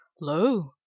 Lo